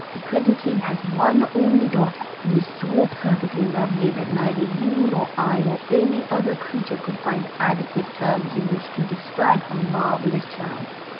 the present king has one only daughter, who is so perfectly lovely that neither you, nor i, nor any other creature could find adequate terms in which to describe her marvellous charms.